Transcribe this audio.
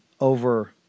over